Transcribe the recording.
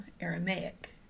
Aramaic